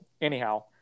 anyhow